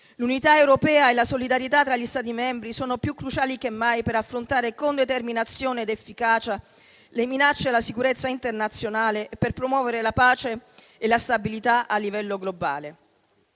L'unità europea e la solidarietà tra gli Stati membri sono più cruciali che mai per affrontare con determinazione ed efficacia le minacce alla sicurezza internazionale e per promuovere la pace e la stabilità a livello globale.